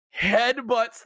headbutts